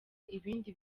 ibindi